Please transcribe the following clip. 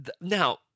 now